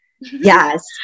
Yes